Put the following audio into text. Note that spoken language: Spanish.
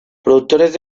productores